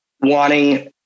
wanting